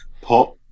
pop